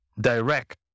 direct